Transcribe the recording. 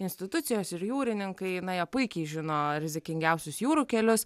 institucijos ir jūrininkai nu jie puikiai žino rizikingiausius jūrų kelius